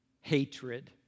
hatred